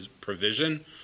provision